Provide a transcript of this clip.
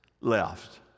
left